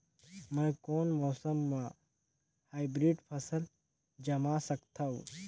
मै कोन मौसम म हाईब्रिड फसल कमा सकथव?